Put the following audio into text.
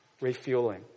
refueling